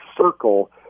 circle